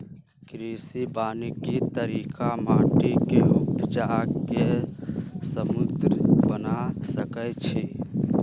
कृषि वानिकी तरिका माटि के उपजा के समृद्ध बना सकइछइ